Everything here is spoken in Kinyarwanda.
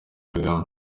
kagame